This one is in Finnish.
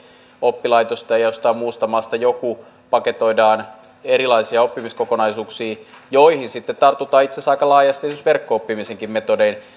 oppilaitosta ja ja jostain muusta maasta joku paketoidaan erilaisia oppimiskokonaisuuksia joihin sitten tartutaan itse asiassa aika laajasti esimerkiksi verkko oppimisenkin metodein